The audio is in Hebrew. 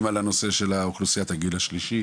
על הנושא של אוכלוסיית הגיל השלישי,